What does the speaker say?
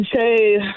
say